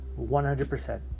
100%